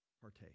partake